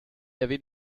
avait